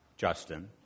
Justin